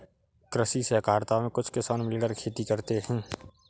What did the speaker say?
कृषि सहकारिता में कुछ किसान मिलकर खेती करते हैं